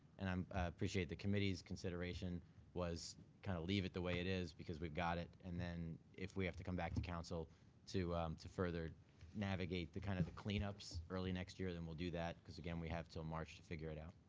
and i um appreciate the committee's consideration was kind of leave it the way it is, because we've got it. and then if we have to come back to council to to further navigate the kind of clean ups early next year then we'll do that. cause again, we have until march to figure it out.